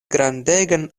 grandegan